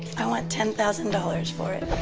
i want ten thousand dollars for it.